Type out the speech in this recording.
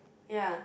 ya